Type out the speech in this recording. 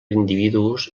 individus